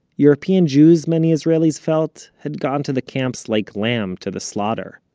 european jews, many israelis felt, had gone to the camps like lamb to the slaughter,